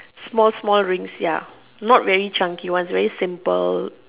small small rings ya not very chunky ones very simple